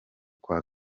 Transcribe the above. kwa